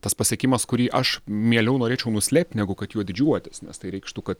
tas pasiekimas kurį aš mieliau norėčiau nuslėpt negu kad juo didžiuotis nes tai reikštų kad